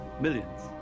Millions